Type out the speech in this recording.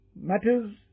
matters